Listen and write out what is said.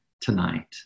tonight